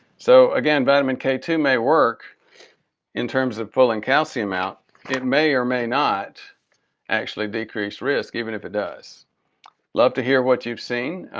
so again vitamin k two may work in terms of pulling calcium out it may or may not actually decrease risk. even if it does. i'd love to hear what you've seen.